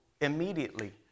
immediately